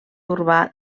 urbà